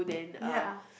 ya